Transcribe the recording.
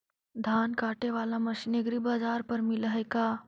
धान काटे बाला मशीन एग्रीबाजार पर मिल है का?